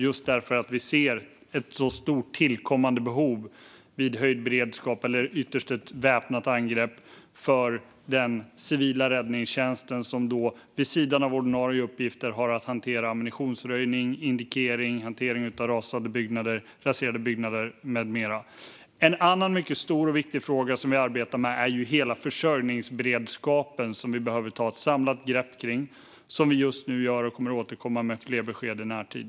Detta beror på att vi ser ett stort tillkommande behov vid höjd beredskap eller, ytterst, ett väpnat angrepp när det gäller den civila räddningstjänsten, som då vid sidan om ordinarie uppgifter har att hantera ammunitionsröjning, indikering, hantering av raserade byggnader med mera. En annan mycket stor och viktig fråga som vi arbetar med är hela försörjningsberedskapen, som vi behöver ta ett samlat grepp kring. Vi gör just nu detta och kommer att återkomma med fler besked i närtid.